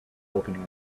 opening